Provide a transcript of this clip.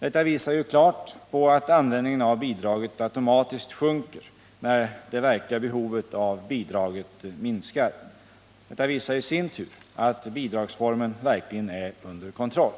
Detta visar ju klart att användningen av bidraget automatiskt sjunker när det verkliga behovet av bidraget minskar. Och detta visar i sin tur att bidragsformen verkligen är under kontroll.